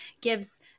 gives